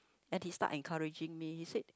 and he start encouraging me he said